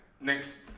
Next